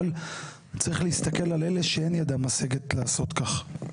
אבל צריך להסתכל על אלה שידם אינה משגת לעשות כך.